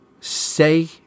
say